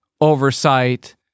oversight